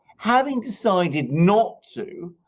having decided not to,